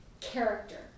character